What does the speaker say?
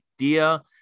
idea